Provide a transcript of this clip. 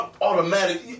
Automatic